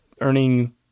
earning